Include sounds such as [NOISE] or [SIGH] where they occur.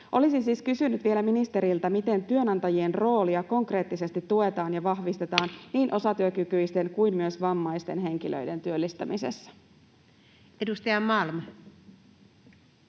Olisin siis kysynyt vielä ministeriltä: miten työnantajien roolia konkreettisesti tuetaan ja vahvistetaan [NOISE] niin osatyökykyisten kuin myös vammaisten henkilöiden työllistämisessä? Edustaja Malm.